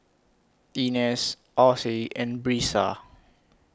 Inez Osie and Brisa